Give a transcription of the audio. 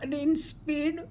Rinspeed